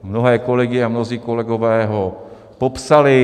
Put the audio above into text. Mnohé kolegyně a mnozí kolegové ho popsali.